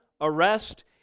arrest